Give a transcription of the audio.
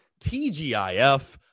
TGIF